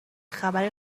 خبر